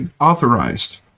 authorized